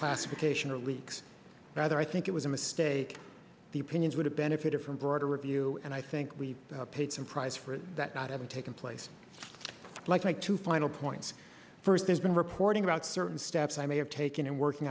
classification or leaks rather i think it was a mistake the opinions would have benefited from broader review and i think we've paid some price for that not having taken place like two final points first there's been reporting about certain steps i may have taken in working